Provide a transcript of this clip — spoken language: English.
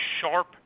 sharp